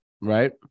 Right